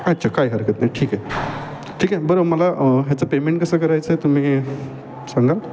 अच्छा काय हरकत नाही ठीक आहे ठीक आहे बरं मला ह्याचं पेमेंट कसं करायचं आहे तुम्ही सांगाल